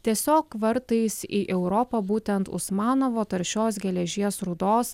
tiesiog vartais į europą būtent usmanovo taršios geležies rūdos